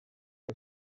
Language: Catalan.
que